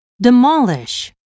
demolish